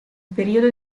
periodo